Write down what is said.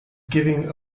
giving